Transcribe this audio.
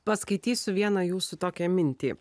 paskaitysiu vieną jūsų tokią mintį